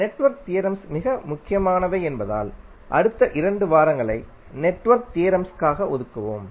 network theorems மிக முக்கியமானவை என்பதால் அடுத்த 2 வாரங்களை நெட்வொர்க் தியரம்ஸ் க்காக ஒதுக்குவோம்